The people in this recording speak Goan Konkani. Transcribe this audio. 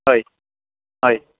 हय हय